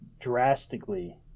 drastically